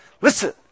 Listen